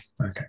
okay